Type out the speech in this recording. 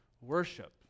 worship